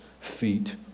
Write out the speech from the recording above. feet